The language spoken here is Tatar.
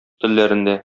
телләрендә